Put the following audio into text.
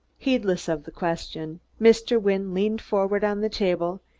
heedless of the question, mr. wynne leaned forward on the table,